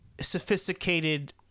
sophisticated